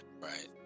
right